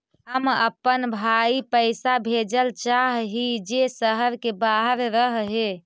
हम अपन भाई पैसा भेजल चाह हीं जे शहर के बाहर रह हे